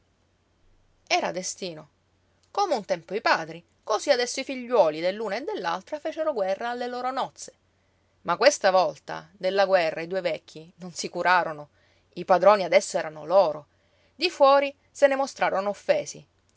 era destino come un tempo i padri cosí adesso i figliuoli dell'uno e dell'altra fecero guerra alle loro nozze ma questa volta della guerra i due vecchi non si curarono i padroni adesso erano loro di fuori se ne mostrarono offesi